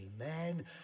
amen